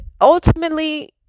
ultimately